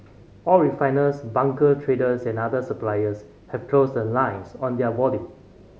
all refiners bunker traders and other suppliers have closed the lines on their volume